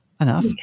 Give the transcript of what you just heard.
Enough